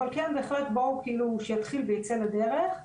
אבל כן בהחלט בואו כאילו שיתחיל וייצא לדבר.